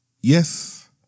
yes